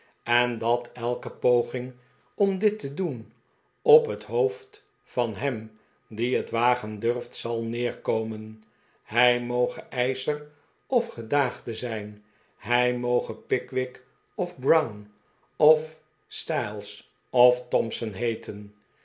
en dat elke poging om dit te doen op het hoofd van hem die het wagen durft zal neerkomen hij moge eischer of gedaagde zijn hij moge pickwick of brown of stiles of thompson heeten